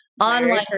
online